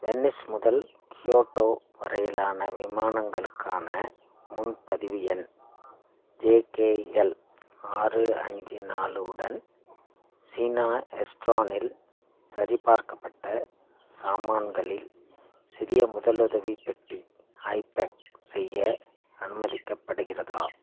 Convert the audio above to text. Venice முதல் Kyoto வரையிலான விமானங்களுக்கான முன்பதிவு எண் ஜேகேஎல் ஆறு அஞ்சு நாலுவுடன் சீனா எஸ்ட்ரானில் சரிபார்க்கப்பட்ட சாமான்களில் சிறிய முதலுதவி பெட்டி ஐ பேக் செய்ய அனுமதிக்கப்படுகிறதா